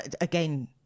again